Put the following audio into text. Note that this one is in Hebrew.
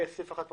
סעיף אחד פחות.